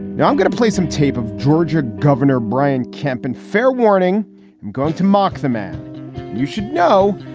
now i'm going to play some tape of georgia governor brian kemp. and fair warning i'm going to mock the man you should know.